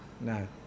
no